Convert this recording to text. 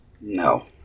No